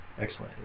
Excellent